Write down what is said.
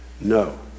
No